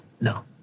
No